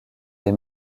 des